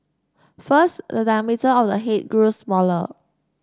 first the diameter of the head grew smaller